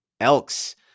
Elks